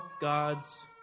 God's